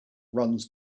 runs